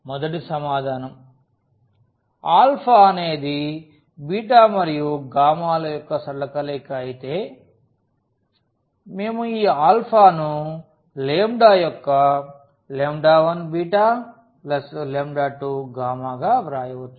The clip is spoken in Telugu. మొదటి సమాధానం అనేది మరియు ల యొక్క సరళ కలయిక అయితే మేము ఈ ఆల్ఫా ను యొక్క 1β 2గా వ్రాయవచ్చు